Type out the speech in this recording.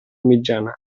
mitjana